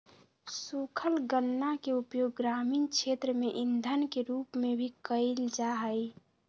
सूखल गन्ना के उपयोग ग्रामीण क्षेत्र में इंधन के रूप में भी कइल जाहई